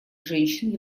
женщин